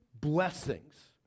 blessings